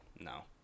No